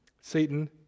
Satan